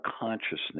consciousness